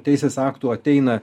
teisės aktų ateina